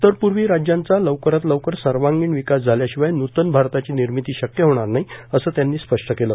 उत्तरपूर्वी राज्यांचा लवकरात लवकर सर्वांगिण विकास झाल्याशिवाय नूतन भारताची निर्मिती शक्य होणार नाही असं त्यांनी स्पष्ट केलं